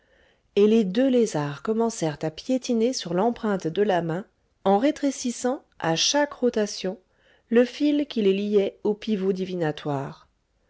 et les deux lézards commencèrent à piétiner sur l'empreinte de la main en rétrécissant à chaque rotation le fil qui les liait au pivot divinatoire